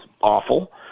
awful